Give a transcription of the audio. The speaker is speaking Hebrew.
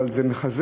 אבל זה מחזק,